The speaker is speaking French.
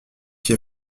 qui